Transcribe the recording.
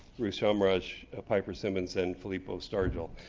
ruth shamraj, piper simmons, and fillippo stargell.